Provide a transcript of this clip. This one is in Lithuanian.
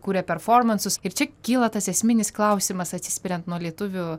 kuria performansus ir čia kyla tas esminis klausimas atsispiriant nuo lietuvių